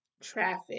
traffic